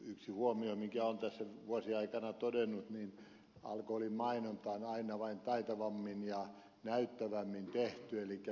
yksi huomio minkä olen tässä vuosien aika tehnyt on se että alkoholin mainonta on aina vain taitavammin ja näyttävämmin tehty elikkä alkoholi on tehty myöskin houkuttelevammaksi